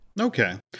Okay